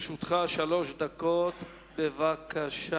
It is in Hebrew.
לרשותך שלוש דקות, בבקשה.